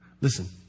Listen